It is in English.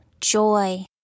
joy